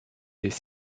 les